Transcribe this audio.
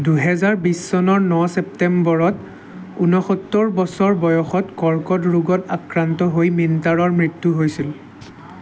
দুহেজাৰ বিছ চনৰ ন ছেপ্তেম্বৰত ঊনসত্তৰ বছৰ বয়সত কৰ্কট ৰোগত আক্ৰান্ত হৈ মিণ্টাৰৰ মৃত্যু হৈছিল